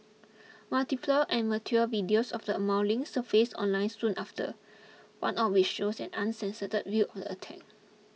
multiple amateur videos of the mauling surfaced online soon after one of which shows an uncensored view the attack